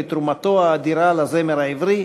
לתרומתו האדירה לזמר העברי,